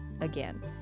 again